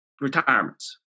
retirements